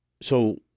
So-